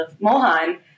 Mohan